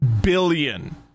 billion